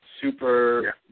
super